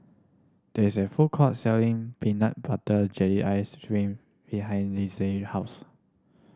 there is a food court selling peanut butter jelly ice cream behind Linsey house